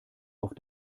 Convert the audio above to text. auf